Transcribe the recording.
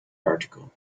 article